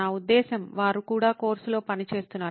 నా ఉద్దేశ్యం వారు కూడా కోర్సులో పనిచేస్తున్నారు